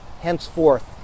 henceforth